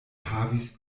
havis